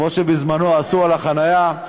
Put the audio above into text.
כמו שבזמנו עשו על החניה.